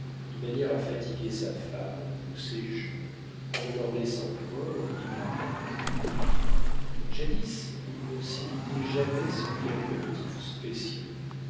de manière à fatiguer sa femme ou ses gens en ne leur laissant point leur libre arbitre jadis il ne s'irritait jamais sans quelque motif spécieux